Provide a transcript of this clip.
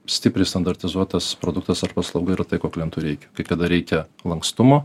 stipriai standartizuotas produktas ar paslauga yra tai ko klientui reikia kai kada reikia lankstumo